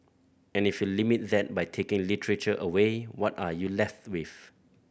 and if you limit that by taking literature away what are you left with